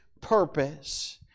purpose